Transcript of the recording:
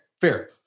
Fair